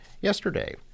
yesterday